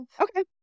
Okay